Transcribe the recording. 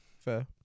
Fair